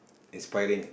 expiring